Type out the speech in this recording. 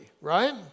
right